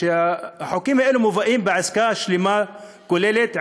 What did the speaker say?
הוא שהחוקים האלה מובאים בעסקה שלמה כוללת,